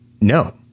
no